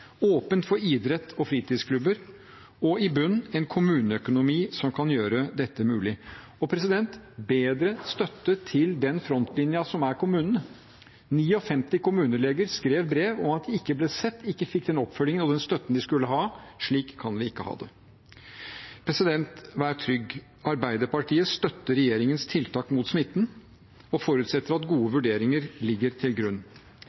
idrett og fritidsklubber kan holde åpent, og i bunnen en kommuneøkonomi som kan gjøre dette mulig. Det handler om bedre støtte til den frontlinjen som er kommunene. 59 kommuneleger skrev brev om at de ikke ble sett, ikke fikk den oppfølgingen og den støtten de skulle ha. Slik kan vi ikke ha det. Vær trygg – Arbeiderpartiet støtter regjeringens tiltak mot smitten og forutsetter at gode vurderinger ligger til grunn,